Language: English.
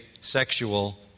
sexual